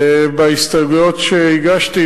בהסתייגויות שהגשתי,